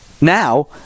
Now